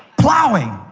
plowing.